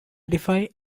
defy